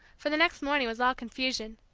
for the next morning was all confusion.